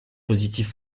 positives